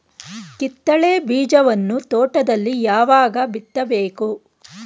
ಕಿತ್ತಳೆ ಬೀಜವನ್ನು ತೋಟದಲ್ಲಿ ಯಾವಾಗ ಬಿತ್ತಬೇಕು?